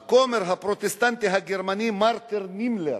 כומר פרוטסטנטי גרמני, מרטין נימלר